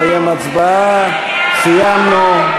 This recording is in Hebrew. סעיף 02,